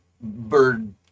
bird